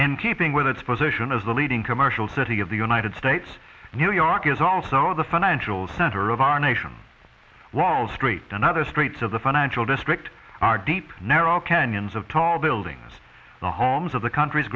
in keeping with its position as the leading commercial city of the united states new york is also the financial center earl of our nation wall street and other streets of the financial district are deep narrow canyons of tall buildings the homes of the country